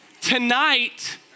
tonight